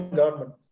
government